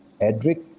Edric